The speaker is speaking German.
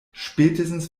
spätestens